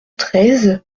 treize